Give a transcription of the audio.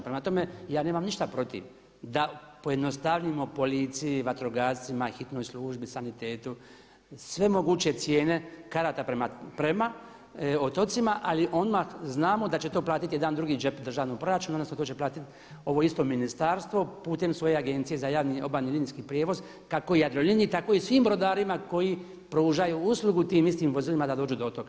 Prema tome ja nemam ništa protiv da pojednostavimo policiji, vatrogascima, hitnoj službi, sanitetu sve moguće cijene karata prema otocima ali odmah znamo da će to platiti jedan drugi džep državnom proračunu odnosno to će isto platiti ovo isto ministarstvo putem svoje Agencije za javni obalni linijski prijevoz kako Jadroliniji tako i svim brodarima koji pružaju uslugu tim istim vozilima da dođu do otoka.